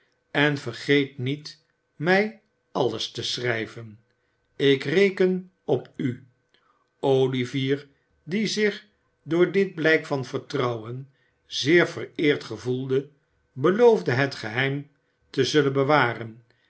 en vergeet niet mij alles te schrijven ik reken op u olivier die zich door dit blijk van vertrouwen zeer vereerd gevoelde beloofde het geheim te zullen bewaren